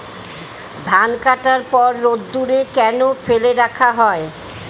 ধান কাটার পর রোদ্দুরে কেন ফেলে রাখা হয়?